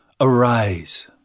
arise